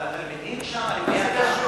אבל התלמידים שם הם בני-אדם.